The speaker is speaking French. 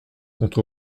contre